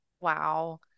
Wow